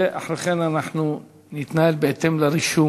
ואחרי כן אנחנו נתנהל בהתאם לרישום.